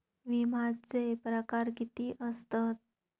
विमाचे प्रकार किती असतत?